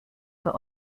für